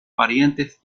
parientes